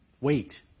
wait